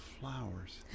flowers